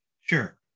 Sure